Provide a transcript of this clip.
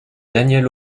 danielle